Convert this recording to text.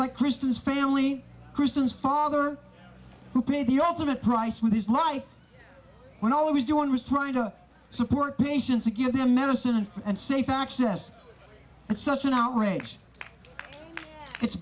like christians family christians father who paid the ultimate price with his life when all was doing was trying to support patients to give them medicine and safe access and such an outrage it's